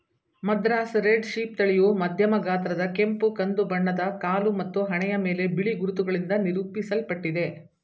Madras red sheep ತಳಿಯು ಮಧ್ಯಮ ಗಾತ್ರದ ಕೆಂಪು ಕಂದು ಬಣ್ಣದ ಕಾಲು ಮತ್ತು ಹಣೆಯ ಮೇಲೆ ಬಿಳಿ ಗುರುತುಗಳಿಂದ ನಿರೂಪಿಸಲ್ಪಟ್ಟಿದೆ